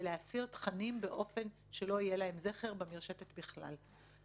ולהסיר תכנים באופן שלא יהיה להם זכר במרשתת בכלל.